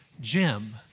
Jim